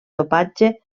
dopatge